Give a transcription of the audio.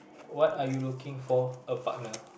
what are you looking for a partner